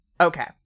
Okay